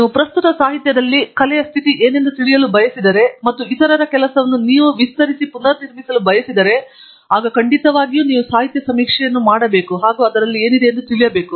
ನೀವು ಪ್ರಸ್ತುತ ಸಾಹಿತ್ಯದಲ್ಲಿ ಕಲೆಯ ಸ್ಥಿತಿಯನ್ನು ಏನೆಂದು ತಿಳಿಯಲು ಬಯಸಿದರೆ ಮತ್ತು ನಾವು ಇತರರ ಕೆಲಸವನ್ನು ವಿಸ್ತರಿಸಲು ಮತ್ತು ನಿರ್ಮಿಸಲು ಬಯಸುತ್ತೇವೆ ಖಂಡಿತವಾಗಿ ನಾವು ಈಗ ಏನು ಮಾಡಬೇಕೆಂದು ತಿಳಿಯಬೇಕು